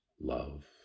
love